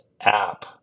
app